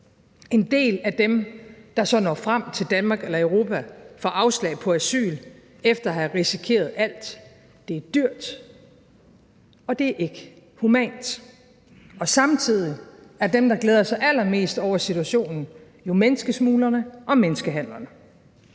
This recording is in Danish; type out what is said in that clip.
En del af dem, der så når frem til Danmark eller Europa, får afslag på asyl efter at have risikeret alt. Det er dyrt, og det er ikke humant. Samtidig er dem, der glæder sig allermest over situationen, menneskesmuglerne og menneskehandlerne.